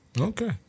Okay